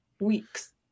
weeks